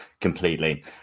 Completely